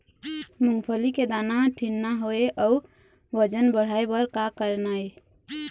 मूंगफली के दाना ठीन्ना होय अउ वजन बढ़ाय बर का करना ये?